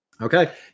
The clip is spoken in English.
Okay